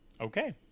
Okay